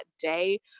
day